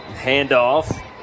handoff